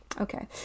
Okay